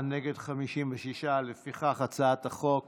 54, נגד, 56. לפיכך, הצעת החוק